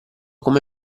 come